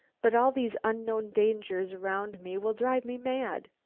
but all these unknown dangers around me will drive me mad.